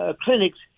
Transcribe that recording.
clinics